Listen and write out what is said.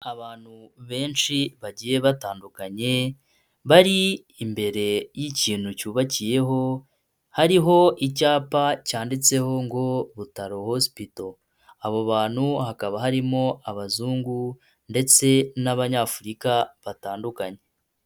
Abantu benshi bagiye batandukanye bari imbere y'ikintu cyubakiyeho hariho icyapa cyanditseho ngo butarohosipitao abo bantu hakaba harimo abazungu ndetse n'Abanyafurika batandukanye.